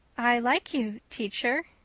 i like you, teacher.